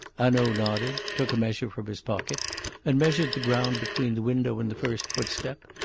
hanaud nodded, took a measure from his pocket and measured the ground between the window and the first footstep,